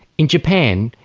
in japan,